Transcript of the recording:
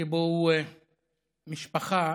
שבו משפחה